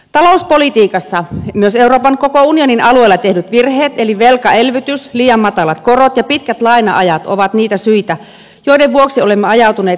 talouspolitiikassa myös euroopan koko unionin alueella tehdyt virheet eli velkaelvytys liian matalat korot ja pitkät laina ajat ovat niitä syitä joiden vuoksi olemme ajautuneet ylituotantolamaan